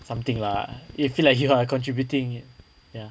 something lah you feel like you are contributing it ya